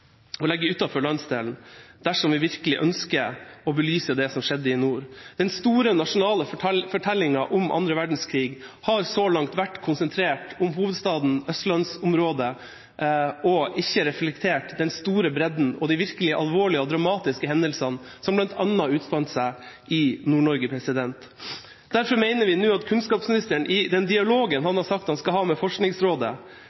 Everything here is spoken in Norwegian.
legge det utenfor landsdelen, dersom vi virkelig ønsker å belyse det som skjedde i nord. Den store og nasjonale fortellinga om annen verdenskrig har så langt vært konsentrert om hovedstaden og østlandsområdet og ikke reflektert den store bredden og de virkelig alvorlige og dramatiske hendelsene som bl.a. utspant seg i Nord-Norge. Derfor mener vi nå at kunnskapsministeren i den dialogen han har sagt han skal ha med Forskningsrådet,